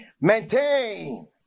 Maintain